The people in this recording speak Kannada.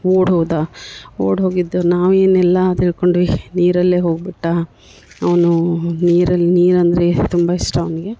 ಓಡಿ ಹೋದ ಓಡಿ ಹೋಗಿದ್ದು ನಾವು ಏನು ಎಲ್ಲ ತಿಳ್ಕೊಂಡ್ವಿ ನೀರಲ್ಲೇ ಹೋಗಿಬಿಟ್ಟ ಅವನು ನೀರಲ್ಲಿ ನೀರು ಅಂದರೆ ತುಂಬ ಇಷ್ಟ ಅವ್ನಿಗೆ